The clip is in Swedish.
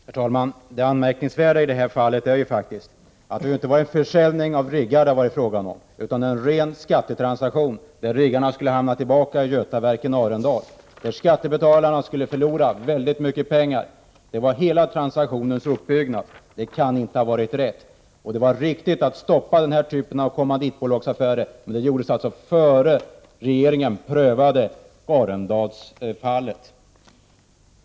Herr talman! Det anmärkningsvärda i det här fallet är att det inte har varit fråga om någon försäljning av riggar utan en ren skattetransaktion där riggarna skulle komma tillbaka till Götaverken Arendal och där skattebetalarna skulle förlora väldigt mycket pengar. Sådan var uppbyggnaden av hela transaktionen. Det kan inte vara rätt, och det var riktigt att stoppa den här typen av kommanditbolagsaffärer. Det gjordes innan regeringen prövade Arendalsfallet.